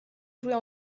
jouer